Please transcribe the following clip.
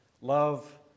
Love